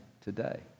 today